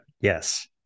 Yes